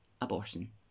abortion